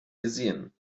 gesehen